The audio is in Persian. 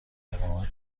اقامت